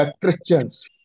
Christians